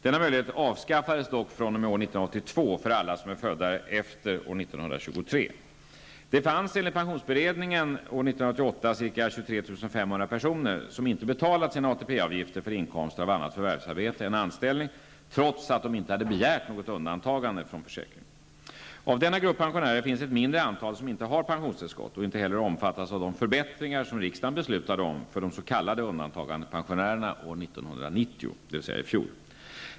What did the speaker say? Denna möjlighet avskaffades dock fr.o.m. år 1982 för alla som är födda senare än år 1923. Av denna grupp pensionärer finns ett mindre antal som inte har pensionstillskott och inte heller omfattas av de förbättringar som riksdagen beslutade om för de s.k.